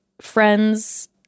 friends